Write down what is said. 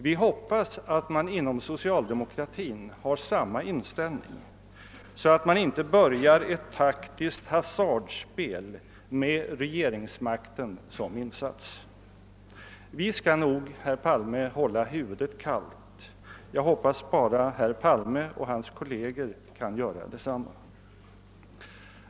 Vi hoppas att man inom socialdemokratin har samma inställning, så att man inte börjar ett taktiskt hasardspel med regeringsmakten som insats. Vi skall nog, herr Palme, hålla huvudet kallt. Jag hoppas bara att herr Palme och hans kolleger kan göra detsamma.